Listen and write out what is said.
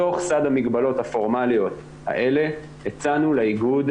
בתוך סד המגבלות הפורמליות האלה הצענו לאיגוד,